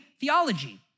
theology